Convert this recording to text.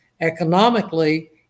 Economically